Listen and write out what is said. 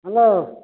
hello